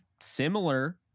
similar